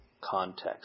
context